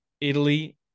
Italy